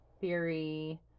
theory